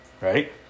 Right